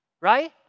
right